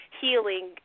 healing